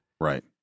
Right